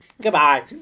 Goodbye